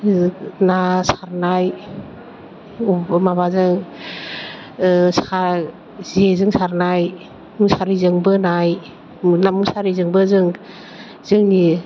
ना सारनाय माबाजों सार जेजों सारनाय मुसारिजों बोनाय मेरला मुसारिजोंबोजों जोंनि